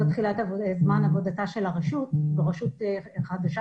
זאת תחילת עבודתה של הרשות שהיא יחסית חדשה